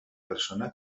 persona